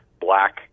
black